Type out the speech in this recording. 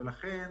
ולכן